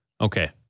Okay